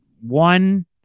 one